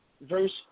verse